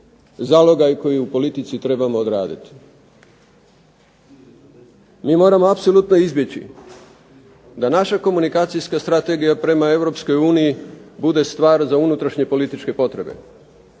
zalogaj koji u politici trebamo odraditi. Mi moramo apsolutno izbjeći da naša komunikacijska strategija prema Europskoj uniji bude stvar za unutrašnje političke potrebe